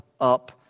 up